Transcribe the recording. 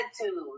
attitude